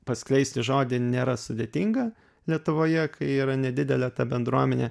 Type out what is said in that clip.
paskleisti žodį nėra sudėtinga lietuvoje kai yra nedidelė ta bendruomenė